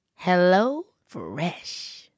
HelloFresh